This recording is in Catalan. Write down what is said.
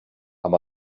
amb